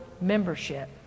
membership